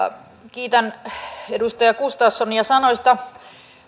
kiitän edustaja gustafssonia sanoista